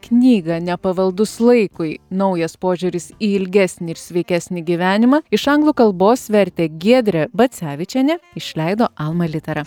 knygą nepavaldus laikui naujas požiūris į ilgesnį ir sveikesnį gyvenimą iš anglų kalbos vertė giedrė bacevičienė išleido alma litera